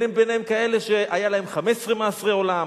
ביניהם כאלה שהיו להם 15 מאסרי עולם,